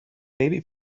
maybe